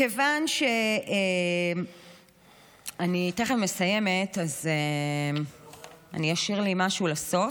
מכיוון שאני תכף מסיימת, אני אשאיר לי משהו לסוף.